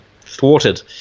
thwarted